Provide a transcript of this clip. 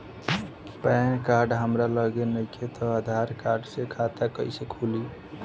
Pan card हमरा लगे नईखे त आधार कार्ड से खाता कैसे खुली?